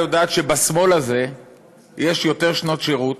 יודעת שבשמאל הזה יש יותר שנת שירות,